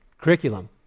curriculum